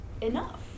enough